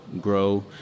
grow